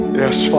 yes